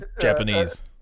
Japanese